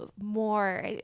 more